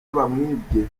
yamwibye